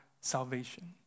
salvation